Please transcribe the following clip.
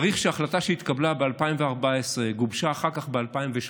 צריך שההחלטה שהתקבלה ב-2014 וגובשה אחר כך ב-2017,